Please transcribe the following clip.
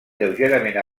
lleugerament